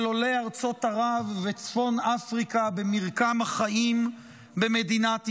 עולי ארצות ערב וצפון אפריקה במרקם החיים במדינת ישראל.